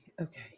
Okay